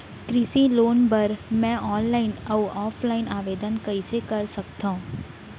कृषि लोन बर मैं ऑनलाइन अऊ ऑफलाइन आवेदन कइसे कर सकथव?